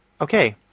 Okay